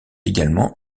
également